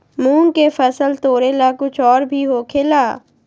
मूंग के फसल तोरेला कुछ और भी होखेला?